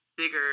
bigger